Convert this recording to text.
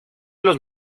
los